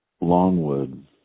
Longwood